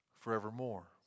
forevermore